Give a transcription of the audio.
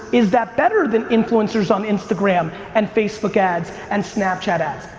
is that better than influencers on instagram and facebook ads and snapchat ads?